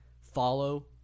follow